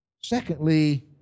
secondly